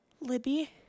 Libby